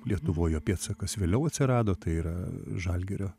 lietuvoj jo pėdsakas vėliau atsirado tai yra žalgirio